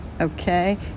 Okay